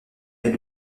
est